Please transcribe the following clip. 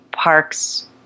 parks